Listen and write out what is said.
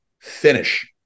finish